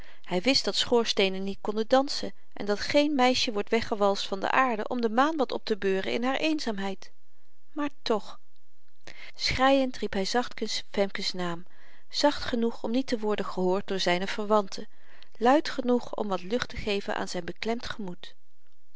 hy wist dat schoorsteenen niet konden dansen en dat geen meisje wordt weggewalst van de aarde om de maan wat op te beuren in haar eenzaamheid maar toch schreiend riep hy zachtkens femke's naam zacht genoeg om niet te worden gehoord door zyne verwanten luid genoeg om wat lucht te geven aan zyn beklemd gemoed